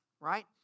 right